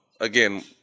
Again